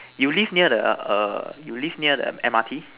you live near the err you live near the M_R_T